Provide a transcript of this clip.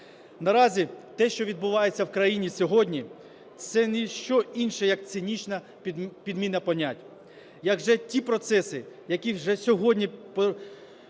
Наразі те, що відбувається в країні сьогодні, це ніщо інше як цинічна підміна понять. Як вже ті процеси, які вже сьогодні